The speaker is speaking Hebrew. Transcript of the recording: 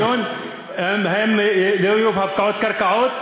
האם לא יהיו הפקעות קרקעות?